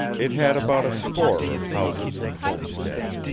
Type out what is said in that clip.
it had about a score of houses and homesteads,